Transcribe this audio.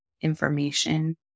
information